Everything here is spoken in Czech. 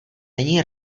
není